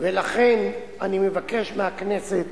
ולכן אני מבקש מהכנסת